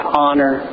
honor